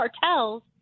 cartels